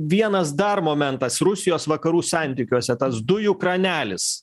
vienas dar momentas rusijos vakarų santykiuose tas dujų kranelis